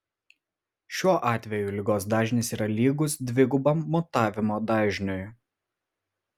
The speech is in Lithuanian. šiuo atveju ligos dažnis yra lygus dvigubam mutavimo dažniui